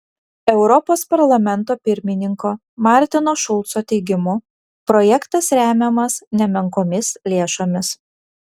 europos parlamento pirmininko martino šulco teigimu projektas remiamas nemenkomis lėšomis